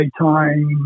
time